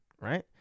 Right